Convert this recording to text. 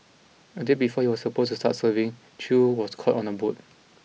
a day before he was supposed to start serving Chew was caught on a boat